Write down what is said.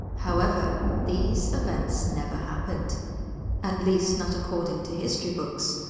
however, these events never happened at least not according to history books,